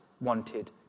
wanted